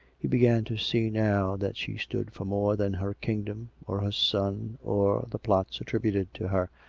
he began to see now that she stood for more than her king dom or her son or the plots attributed to her,